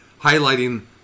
highlighting